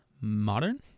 modern